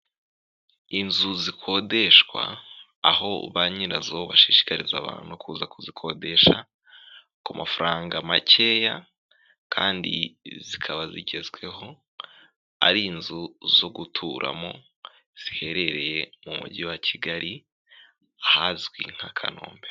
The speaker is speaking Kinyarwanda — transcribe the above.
Inzu zikodeshwa, aho ba nyirazo bashishikariza abantu kuza kuzikodesha, ku mafaranga makeya, kandi zikaba zigezweho, ari inzu zo guturamo, ziherereye mu mujyi wa Kigali ahazwi nka Kanombe.